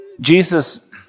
Jesus